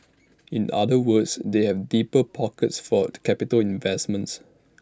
in other words they have deeper pockets fort capital investments